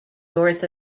north